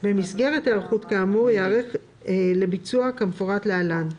במסגרת היערכות כאמור יערך לביצוע המפורט להלן: